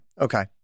Okay